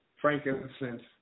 frankincense